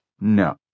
no